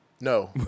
No